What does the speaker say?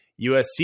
USC